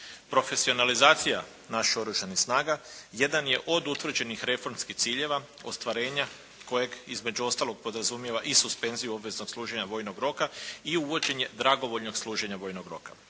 Profesionalizacija naših oružanih snaga jedan je od utvrđenih reformskih ciljeva ostvarenja kojeg između ostalog podrazumijeva i suspenziju obveznog služenja vojnog roka i uvođenje dragovoljnog služenja vojnog roka.